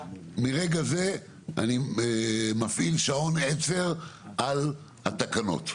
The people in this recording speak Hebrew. מרגע זה אני מפעיל שעון עצר לגבי התקנות.